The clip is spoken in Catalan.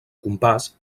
compàs